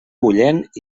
bullent